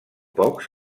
pocs